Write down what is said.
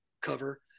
cover